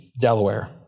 Delaware